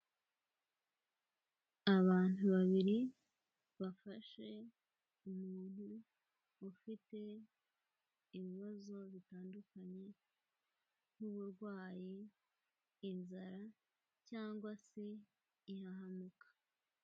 Abantu babiri bafashe umuntu ufite ibibazo bitandukanye nk'uburwayi, inzara cyangwa se ihahamuka.